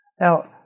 Now